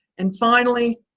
and finally,